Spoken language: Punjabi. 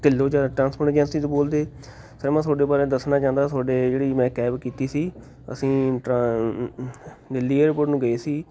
ਢਿੱਲੋਂ ਜਾਂ ਟ੍ਰਾਂਸਪੋਰਟ ਏਜੰਸੀ ਤੋਂ ਬੋਲਦੇ ਸਰ ਮੈਂ ਤੁਹਾਡੇ ਬਾਰੇ ਦੱਸਣਾ ਚਾਹੁੰਦਾ ਤੁਹਾਡੇ ਜਿਹੜੀ ਮੈਂ ਕੈਬ ਕੀਤੀ ਸੀ ਅਸੀਂ ਟ੍ਰਾਂ ਦਿੱਲੀ ਏਅਰਪੋਰਟ ਨੂੰ ਗਏ ਸੀ